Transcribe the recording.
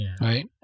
Right